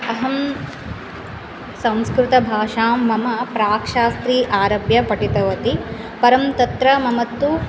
अहं संस्कृतभाषां मम प्राक्शास्त्री आरभ्य पठितवती परं तत्र मम तु